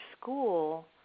school